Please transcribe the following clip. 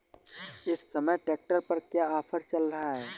इस समय ट्रैक्टर पर क्या ऑफर चल रहा है?